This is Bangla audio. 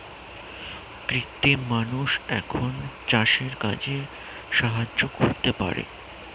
কৃত্রিম মানুষ এখন চাষের কাজে সাহায্য করতে পারে